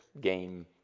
game